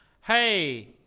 Hey